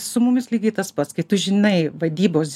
su mumis lygiai tas pats kai tu žinai vadybos